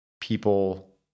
people